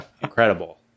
incredible